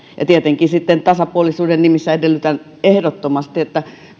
tietenkin sitten tasapuolisuuden nimissä edellytän ehdottomasti että